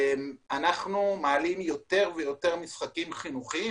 אנחנו מעלים יותר ויותר משחקים חינוכיים,